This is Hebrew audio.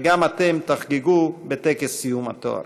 וגם אתם תחגגו בטקס סיום התואר.